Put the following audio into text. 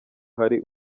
hari